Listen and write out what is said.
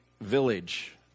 village